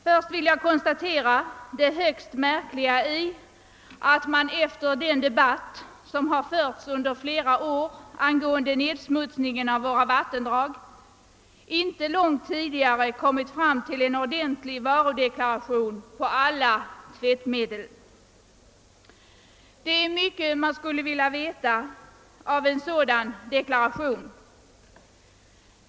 Först vill jag konstatera det högst märkliga i att man, efter den debatt som under flera år förts om nedsmutsningen av våra vattendrag, inte långt tidigare kommit fram till en ordentlig varudeklaration på alla tvättmedel. Det är mycket man skulle vilja veta av en sådan deklaration.